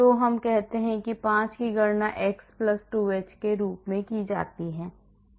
तो हम कहते हैं कि 5 की गणना x 2h के रूप में की जाती है